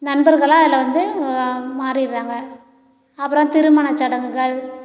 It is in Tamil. நண்பர்களாக அதில் வந்து மாறிடுராங்க அப்புறம் திருமண சடங்குகள்